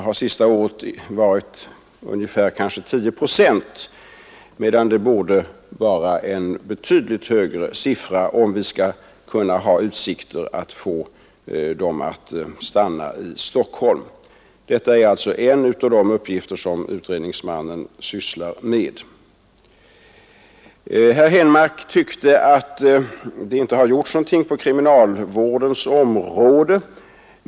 Det senaste året har ca 10 procent kommit från Stockholm, men siffran borde vara betydligt högre om vi skall ha utsikter att få poliserna att stanna kvar i Stockholm. Det är alltså en av de uppgifter som utredningsmannen sysslar med. Herr Henmark ansåg att vi inte har gjort någonting på kriminalvårdens område.